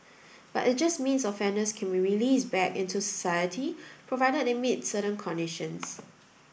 but it just means offenders can be released back into society provided they meet certain conditions